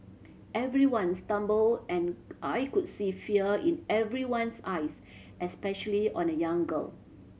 everyone stumbled and I could see fear in everyone's eyes especially on a young girl